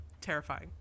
terrifying